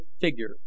figure